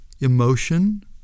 Emotion